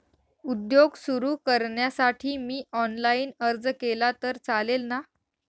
उद्योग सुरु करण्यासाठी मी ऑनलाईन अर्ज केला तर चालेल ना?